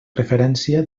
referència